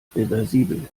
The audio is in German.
reversibel